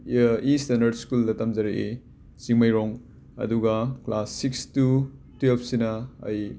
ꯏꯌ ꯏ ꯁ꯭ꯇꯦꯟꯗꯔꯗ ꯁ꯭ꯀꯨꯜꯗ ꯇꯝꯖꯔꯛꯏ ꯆꯤꯡꯃꯩꯔꯣꯡ ꯑꯗꯨꯒ ꯀ꯭ꯂꯥꯁ ꯁꯤꯛꯁ ꯇꯨ ꯇ꯭ꯋꯦꯕꯁꯤꯅ ꯑꯩ